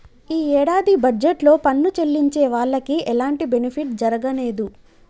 యీ యేడాది బడ్జెట్ లో పన్ను చెల్లించే వాళ్లకి ఎలాంటి బెనిఫిట్ జరగనేదు